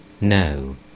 no